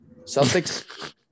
Celtics